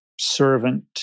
servant